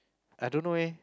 I don't know eh